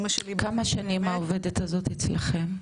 כמה שנים העובדת הזאת אצלכם?